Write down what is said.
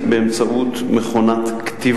וירדו באותה צורה.